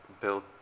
build